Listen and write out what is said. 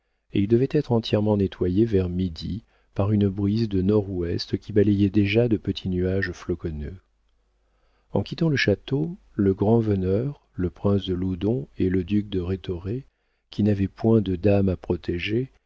et il devait être entièrement nettoyé vers midi par une brise de nord-ouest qui balayait déjà de petits nuages floconneux en quittant le château le grand-veneur le prince de loudon et le duc de rhétoré qui n'avaient point de dames à protéger